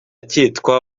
cyitwa